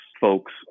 folks